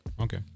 Okay